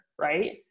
right